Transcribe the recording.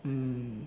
mm